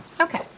Okay